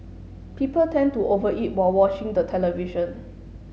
people tend to over eat while watching the television